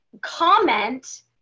comment